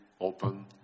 open